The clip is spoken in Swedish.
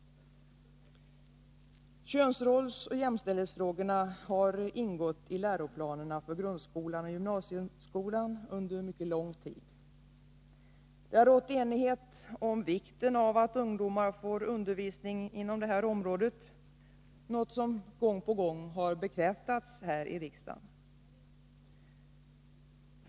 Könsrolls-/jämställdhetsfrågorna har ingått i läroplanerna för grundskolan och gymnasieskolan under mycket lång tid. Det har rått enighet om vikten av att ungdomar får undervisning inom detta område, något som gång på gång har bekräftats här i riksdagen.